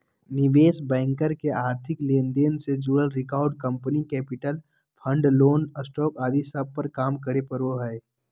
निवेश बैंकर के आर्थिक लेन देन से जुड़ल record, company capital, fund, loan, stock आदि सब पर काम करे पड़ो हय